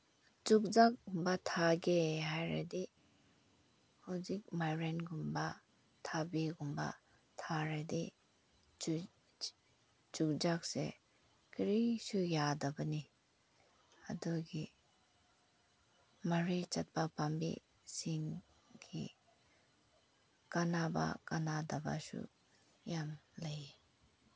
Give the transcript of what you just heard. ꯆꯨꯖꯥꯛꯀꯨꯝꯕ ꯊꯥꯒꯦ ꯍꯥꯏꯔꯗꯤ ꯍꯧꯖꯤꯛ ꯃꯥꯏꯔꯦꯟꯒꯨꯝꯕ ꯊꯥꯕꯤꯒꯨꯝꯕ ꯊꯥꯔꯗꯤ ꯆꯨꯖꯥꯛꯁꯦ ꯀꯔꯤꯁꯨ ꯌꯥꯗꯕꯅꯤ ꯑꯗꯨꯒꯤ ꯃꯔꯤ ꯆꯠꯄ ꯄꯥꯝꯕꯤꯁꯤꯡꯒꯤ ꯀꯥꯟꯅꯕ ꯀꯥꯟꯅꯗꯕꯁꯨ ꯌꯥꯝ ꯂꯩ